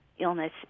illness